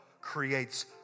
creates